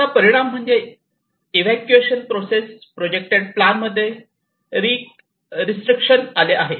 त्याचा परिणाम म्हणजे एक्सकॅव्हशन प्रोसेस प्रोजेक्टेड प्लान मध्ये रीस्ट्रक्शन आले आहे